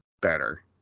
Better